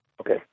Okay